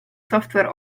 software